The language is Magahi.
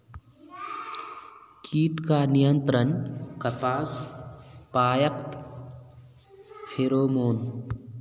कीट का नियंत्रण कपास पयाकत फेरोमोन?